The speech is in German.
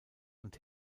und